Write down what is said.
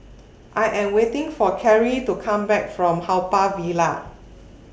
I Am waiting For Keri to Come Back from Haw Par Villa